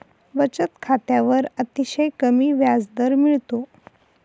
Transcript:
बचत खात्यावर अतिशय कमी व्याजदर मिळतो